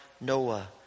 Noah